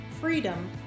FREEDOM